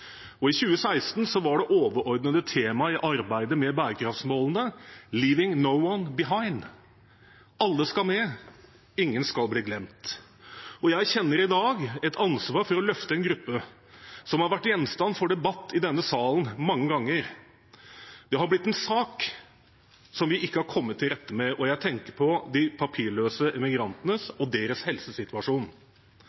alder. I 2016 var det overordnede temaet i arbeidet med bærekraftsmålene «Leaving no one behind». Alle skal med, ingen skal bli glemt. Jeg kjenner i dag et ansvar for å løfte en gruppe som har vært gjenstand for debatt i denne salen mange ganger. Det har blitt en sak som vi ikke har kommet til rette med. Jeg tenker på de papirløse